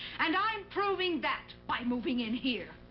and i'm proving that by moving in here.